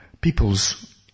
people's